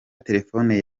telefone